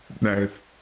Nice